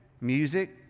music